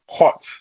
hot